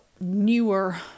newer